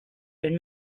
been